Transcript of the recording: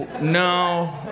No